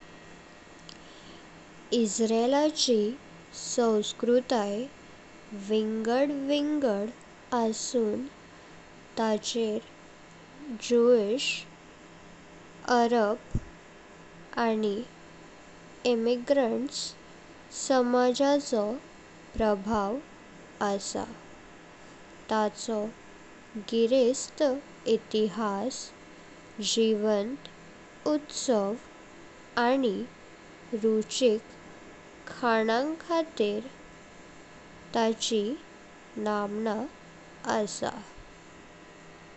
इजरायलाची संस्कृति विविध आणि ताचेर ज्यू, अरब आणि इमिग्रेंट्स समाजाचो प्रभाव आसा। ताचो गृहस्थ इतिहास, जीवंत उत्सव आणि रुचिक खाना खातीर ताची नाआमना आसा।